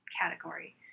category